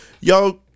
y'all